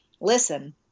listen